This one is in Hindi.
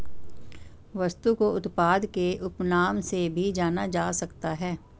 वस्तु को उत्पाद के उपनाम से भी जाना जा सकता है